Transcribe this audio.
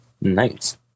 Nice